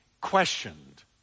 questioned